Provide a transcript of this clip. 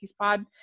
pod